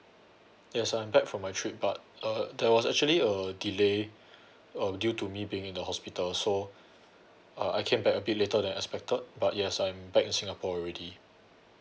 yes I'm back from my trip but uh there was actually a delay uh due to me being in the hospital so uh I came back a bit later than expected but yes I'm back in singapore already